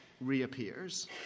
reappears